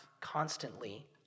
constantly